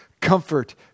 comfort